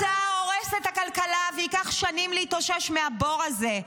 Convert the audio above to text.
שר האוצר הורס את הכלכלה וייקח שנים להתאושש מהבור הזה.